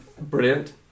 Brilliant